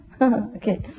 Okay